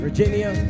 Virginia